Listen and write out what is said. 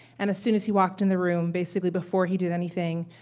and as soon as he walked in the room, basically, before he did anything,